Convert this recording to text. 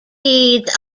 deeds